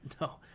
No